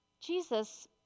Jesus